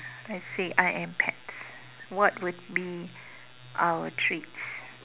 let's say I am pets what would be our treats